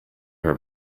her